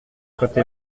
côte